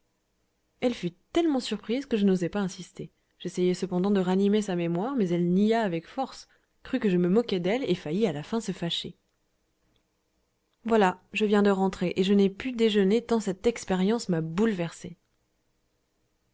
elle fut tellement surprise que je n'osai pas insister j'essayai cependant de ranimer sa mémoire mais elle nia avec force crut que je me moquais d'elle et faillit à la fin se fâcher voilà je viens de rentrer et je n'ai pu déjeuner tant cette expérience m'a bouleversé